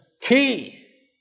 key